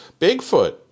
Bigfoot